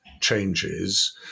changes